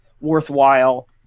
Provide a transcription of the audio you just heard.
worthwhile